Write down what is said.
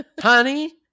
Honey